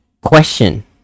question